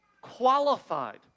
qualified